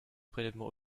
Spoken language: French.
prélèvement